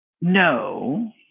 no